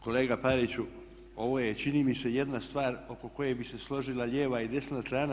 Kolega Pariću, ovo je čini mi se jedna stvar oko koje bi se složila lijeva i desna strana.